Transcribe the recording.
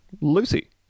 Lucy